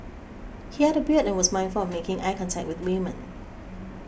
he had a beard and was mindful of making eye contact with women